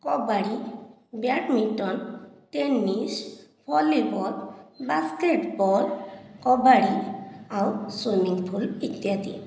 kabaddi badminton tennis volley ball basketball kabaddi ଆଉ swimming pool ଇତ୍ୟାଦି